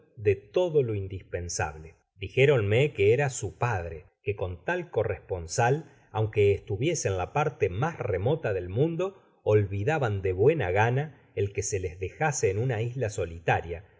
de todo lo indispensable dijóronme que era su padre que con tal corresponsal aunque estuviese en la parte mas remola del mundo olvidaban de buena gana el que se les dejase en una isla solitaria